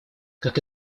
как